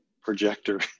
projector